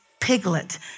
piglet